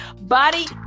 body